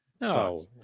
No